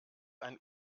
ein